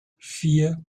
vier